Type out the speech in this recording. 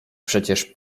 przecież